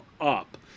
up